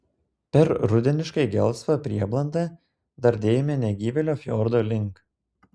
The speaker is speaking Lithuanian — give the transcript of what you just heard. per rudeniškai gelsvą prieblandą dardėjome negyvėlio fjordo link